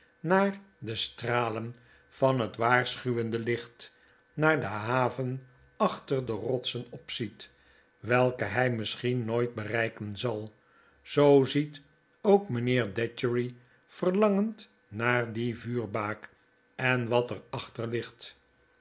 naar de stralen van het waarschuwende licht naar de haven achter de rotsen opziet welke hij misschien nooit bereiken zal zoo ziet ook mijnheer datchery verlangend naar die vuurbaak en wat er achter